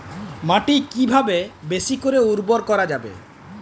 মাটি কিভাবে বেশী করে উর্বর করা যাবে?